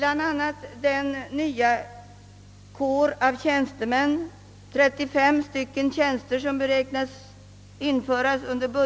Under budgetåret skall bl.a. inrättas 33 tjänster.